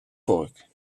vork